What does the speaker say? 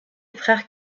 frère